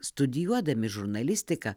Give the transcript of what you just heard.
studijuodami žurnalistiką